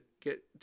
get